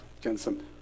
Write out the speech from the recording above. Jensen